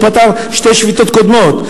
שכן הוא פתר שתי שביתות קודמות.